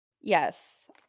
Yes